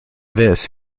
this